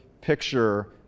picture